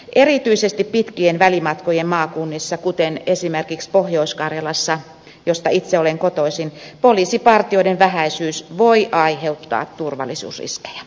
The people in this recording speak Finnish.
erityisesti pitkien välimatkojen maakunnissa kuten esimerkiksi pohjois karjalassa josta itse olen kotoisin poliisipartioiden vähäisyys voi aiheuttaa turvallisuusriskejä